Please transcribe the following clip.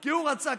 כי הוא רצה,